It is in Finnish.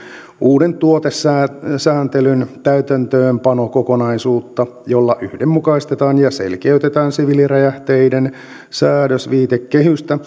uuden tuotesääntelyn täytäntöönpanokokonaisuutta jolla yhdenmukaistetaan ja selkeytetään siviiliräjähteiden säädösviitekehystä